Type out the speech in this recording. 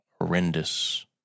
horrendous